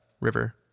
river